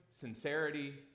Sincerity